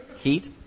heat